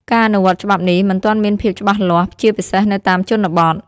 ការអនុវត្តន៍ច្បាប់នេះ មិនទាន់មានភាពច្បាស់លាស់ ជាពិសេសនៅតាមជនបទ។